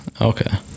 Okay